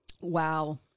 Wow